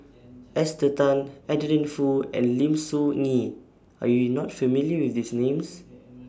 Esther Tan Adeline Foo and Lim Soo Ngee Are YOU not familiar with These Names